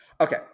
Okay